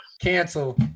Cancel